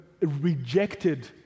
rejected